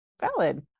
Valid